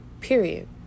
Period